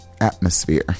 Atmosphere